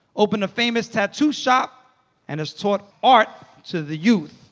opened a famous tattoo shop and has taught art to the youth.